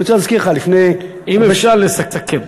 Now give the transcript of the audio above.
אני רוצה להזכיר לך שלפני, אם אפשר, לסכם.